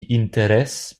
interess